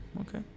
okay